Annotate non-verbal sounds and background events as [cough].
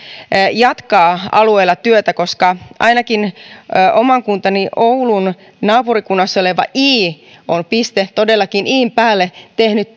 jatkaa alueella työtä koska ainakin oman kuntani oulun naapurikunta ii on piste todellakin in päälle tehnyt [unintelligible]